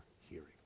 hearing